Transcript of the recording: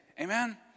Amen